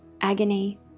agony